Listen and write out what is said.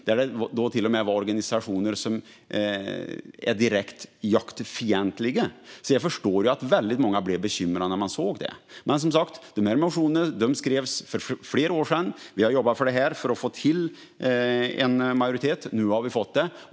Det fanns till och med organisationer som är direkt jaktfientliga. Motionen skrev som sagt för flera år sedan. Vi har jobbat för att få en majoritet, och nu har vi fått det.